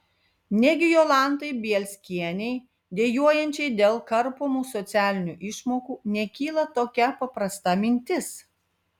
negi jolantai bielskienei dejuojančiai dėl karpomų socialinių išmokų nekyla tokia paprasta mintis